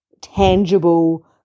tangible